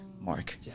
Mark